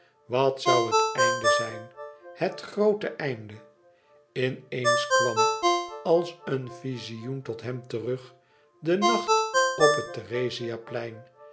wat zoû het einde zijn het groote einde in eens kwam als een vizioen tot hem terug de nacht op het